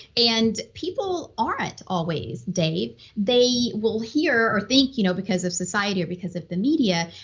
and people aren't always, dave they will hear or think, you know because of society or because of the media,